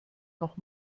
noch